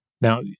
Now